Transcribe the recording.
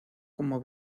como